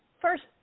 first